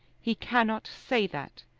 he cannot say that,